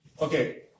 Okay